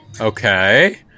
Okay